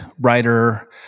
writer